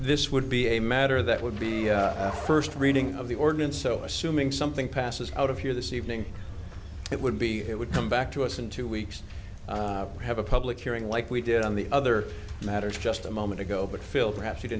this would be a matter that would be a first reading of the ordinance so assuming something passes out of here this evening it would be it would come back to us in two weeks have a public hearing like we did on the other matters just a moment ago but phil perhap